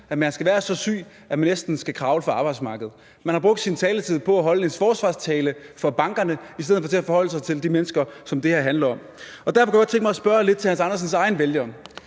at man skal være så syg, at man næsten skal kravle fra arbejdsmarkedet. Han har brugt sin taletid på at holde en forsvarstale for bankerne i stedet for at forholde sig til de mennesker, som det her handler om. Derfor kunne jeg godt tænke mig at spørge lidt til hr. Hans Andersens egne vælgere.